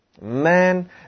Man